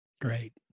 Great